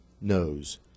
knows